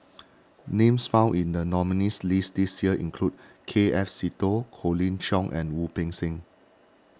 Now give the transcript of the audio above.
names found in the nominees' list this year include K F Seetoh Colin Cheong and Wu Peng Seng